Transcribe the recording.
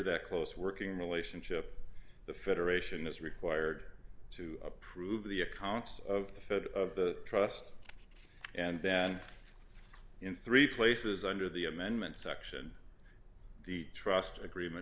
that close working relationship the federation is required to approve the accounts of the rd of the trust and then in three places under the amendment section the trust agreement